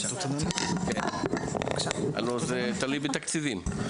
הלוא זה תלוי בתקציבים.